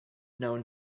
known